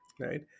Right